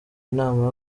inama